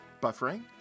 Buffering